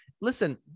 Listen